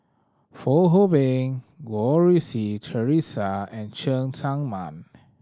Fong Hoe Beng Goh Rui Si Theresa and Cheng Tsang Man